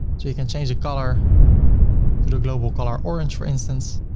so you can change the color to the global color, orange, for instance.